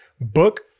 Book